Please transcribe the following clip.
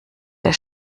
der